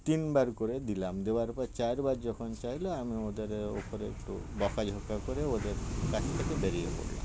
তিনবার করে দিলাম দেওয়ার পর চারবার যখন চাইল আমি ওদের ওপরে একটু বকা ঝকা করে ওদের কাছটাকে বেরিয়ে পড়লাম